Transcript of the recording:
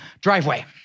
driveway